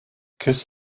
kiss